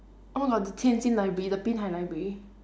oh my god the tianjin library the binhai library